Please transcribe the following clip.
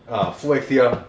ah full X_T_R